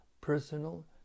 personal